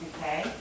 Okay